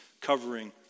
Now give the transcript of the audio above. covering